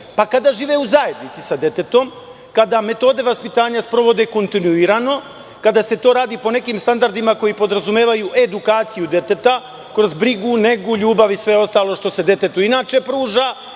Pa, kada žive u zajednici sa detetom, kada metode vaspitanja sprovode kontinuirano, kada se to radi po nekim standardima koji podrazumevaju edukaciju deteta, kroz brigu, negu, ljubav i sve ostalo što se detetu inače pruža